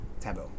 Taboo